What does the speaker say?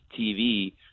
TV